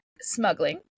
smuggling